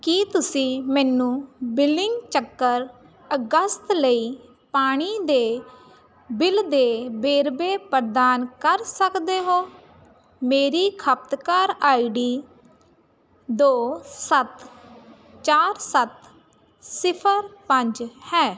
ਕੀ ਤੁਸੀਂ ਮੈਨੂੰ ਬਿਲਿੰਗ ਚੱਕਰ ਅਗਸਤ ਲਈ ਪਾਣੀ ਦੇ ਬਿੱਲ ਦੇ ਵੇਰਵੇ ਪ੍ਰਦਾਨ ਕਰ ਸਕਦੇ ਹੋ ਮੇਰੀ ਖਪਤਕਾਰ ਆਈ ਡੀ ਦੋ ਸੱਤ ਚਾਰ ਸੱਤ ਸਿਫਰ ਪੰਜ ਹੈ